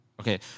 okay